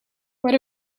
but